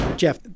Jeff